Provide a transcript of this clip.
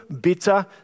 bitter